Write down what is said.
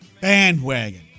bandwagon